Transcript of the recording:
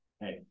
Hey